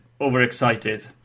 overexcited